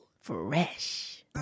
Fresh